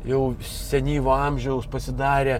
jau senyvo amžiaus pasidarė